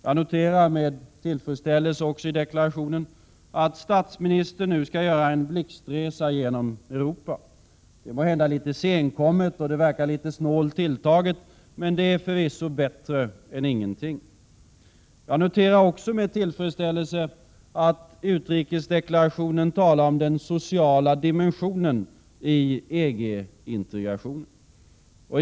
Jag noterar med tillfredsställelse också i deklarationen, att statsministern nu skall göra en blixtresa genom Europa. Det är måhända litet senkommet och det verkar litet snålt tilltaget, men det är förvisso bättre än ingenting. Jag noterar också med tillfredsställelse, att utrikesdeklarationen talar om den sociala dimensionen i EG-integrationen.